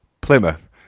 Plymouth